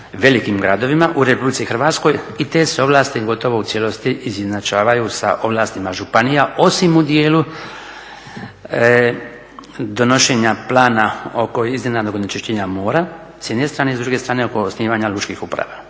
velikim gradovima u RH i te se ovlasti gotovo u cijelosti izjednačavaju sa ovlastima županija osim u dijelu donošenja plana oko iznenadnog onečišćenja mora, s jedne strane, s druge strane oko osnivanja lučkih uprava.